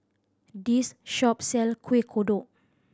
this shop sell Kueh Kodok